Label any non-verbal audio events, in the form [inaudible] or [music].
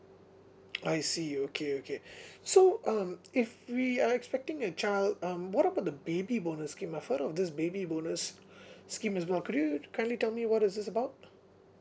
[noise] I see okay okay so um if we are expecting a child um what about the baby bonus scheme I've heard of this baby bonus scheme as well could you kindly tell me what is this about